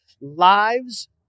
lives